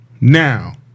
Now